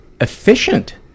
efficient